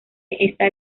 esta